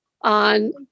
on